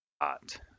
Hot